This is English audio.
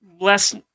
less